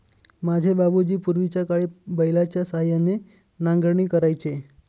माझे बाबूजी पूर्वीच्याकाळी बैलाच्या सहाय्याने नांगरणी करायचे